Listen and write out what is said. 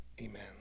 Amen